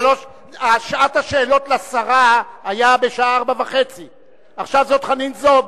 שעת השאלות לשרה היתה בשעה 16:30. עכשיו זו חנין זועבי,